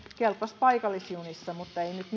kelpasi paikallisjunissa mutta ei nyt